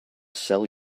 sell